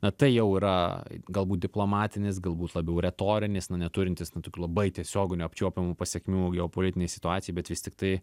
na tai jau yra galbūt diplomatinis galbūt labiau retorinis na neturintis tokių labai tiesioginių apčiuopiamų pasekmių geopolitinei situacijai bet vis tik tai